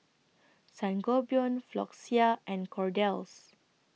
Sangobion Floxia and Kordel's